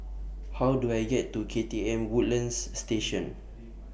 How Do I get to K T M Woodlands Station